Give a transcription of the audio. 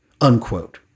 Unquote